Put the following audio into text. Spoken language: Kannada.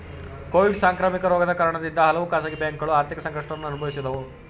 ಕೋವಿಡ್ ಸಾಂಕ್ರಾಮಿಕ ರೋಗದ ಕಾರಣದಿಂದ ಹಲವು ಖಾಸಗಿ ಬ್ಯಾಂಕುಗಳು ಆರ್ಥಿಕ ಸಂಕಷ್ಟವನ್ನು ಅನುಭವಿಸಿದವು